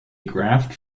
graft